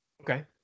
Okay